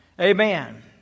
Amen